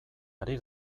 ari